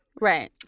Right